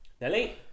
Nelly